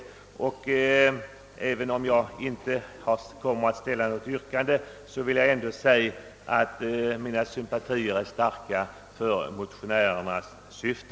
Även om jag inte kommer att framställa något yrkande, vill jag dock säga att jag har starka sympatier för motionens syfte.